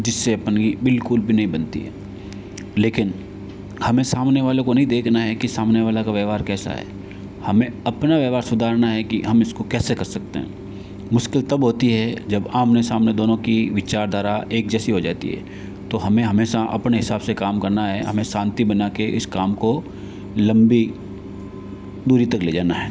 जिससे अपन की बिल्कुल भी नहीं बनती है लेकिन हमें सामने वाले को नहीं देखना है कि सामने वाले का व्यवहार कैसा है हमें अपना व्यवहार सुधारना है कि हम इसको कैसे कर सकते है मुश्किल तब होती है जब आमने सामने दोनों की विचारधारा एक जैसी हो जाती है तो हमे हमेशा अपने हिसाब से काम करना है हमे शांति बना के इस काम को लंबी दूरी तक ले जाना है